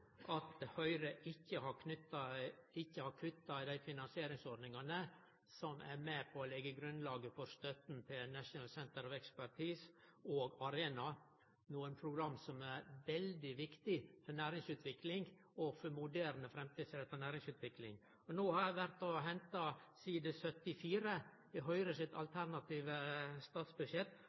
at Høgre ikkje har kutta i dei finansieringsordningane som er med på å leggje grunnlaget for støtta til Norwegian Centres of Expertise og Arena, nokre program som er veldig viktige for næringsutvikling og for moderne og framtidsretta næringsutvikling. No har eg vore og henta side 74 i Høgre sitt alternative statsbudsjett,